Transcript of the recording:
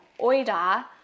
oida